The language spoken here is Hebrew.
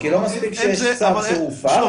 כי לא מספיק שיש צו שהוא הופר,